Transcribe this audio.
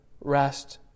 rest